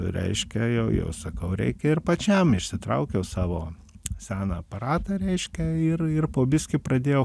reiškia jau jau sakau reikia ir pačiam išsitraukiau savo seną aparatą reiškia ir ir po biskį pradėjau